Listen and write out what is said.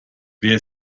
wer